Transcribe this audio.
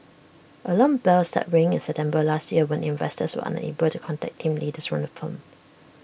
alarm bells started ringing in September last year when investors were unable to contact team leaders from the firm